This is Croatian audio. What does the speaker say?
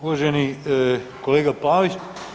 Uvaženi kolega Pavić.